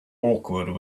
awkward